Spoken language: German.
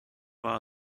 war